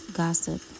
gossip